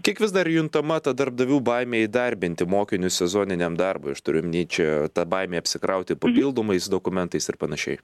kiek vis dar juntama ta darbdavių baimė įdarbinti mokinius sezoniniam darbui aš turiu nei čia ta baimė apsikrauti papildomais dokumentais ir panašiai